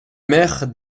mère